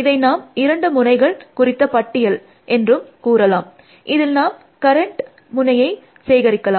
இதை நாம் இரண்டு முனைகள் குறித்த பட்டியல் என்றும் நாம் கூறலாம் இதில் நாம் கரண்ட் முனையை சேகரிக்கலாம்